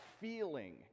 feeling